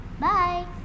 Bye